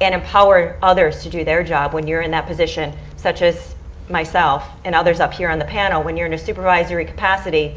and empower others to do their job when you're in that position such as myself and others up here in the panel. when you're in a supervisory capacity,